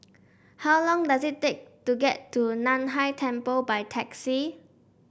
how long does it take to get to Nan Hai Temple by taxi